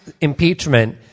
impeachment